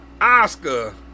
Oscar